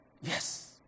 yes